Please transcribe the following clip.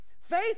Faith